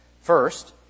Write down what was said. first